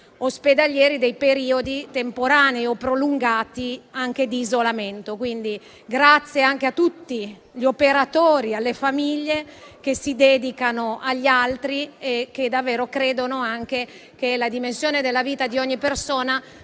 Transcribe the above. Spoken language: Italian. ospedalieri dei periodi temporanei o prolungati, anche di isolamento. Grazie a tutti gli operatori e alle famiglie, che si dedicano agli altri e che davvero credono che la dimensione della vita di ogni persona